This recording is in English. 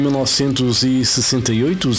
1968